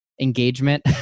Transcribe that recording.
engagement